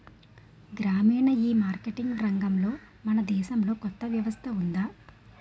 గ్రామీణ ఈమార్కెటింగ్ రంగంలో మన దేశంలో కొత్త వ్యవస్థ ఉందా?